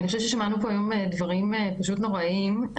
אני חושבת ששמענו פה היום דברים פשוט נוראים.